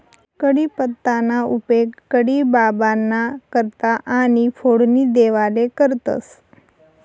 कढीपत्ताना उपेग कढी बाबांना करता आणि फोडणी देवाले करतंस